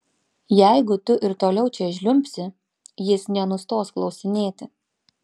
jeigu tu ir toliau čia žliumbsi jis nenustos klausinėti